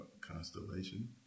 constellation